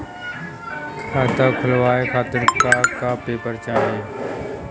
खाता खोलवाव खातिर का का पेपर चाही?